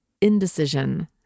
indecision